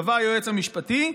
קבע היועץ המשפטי: